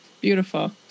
beautiful